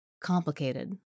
complicated